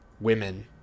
women